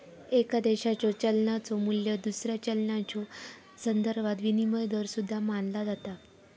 एका देशाच्यो चलनाचो मू्ल्य दुसऱ्या चलनाच्यो संदर्भात विनिमय दर सुद्धा मानला जाता